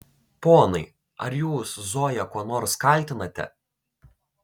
ponai ar jūs zoją kuo nors kaltinate